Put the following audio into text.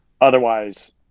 Otherwise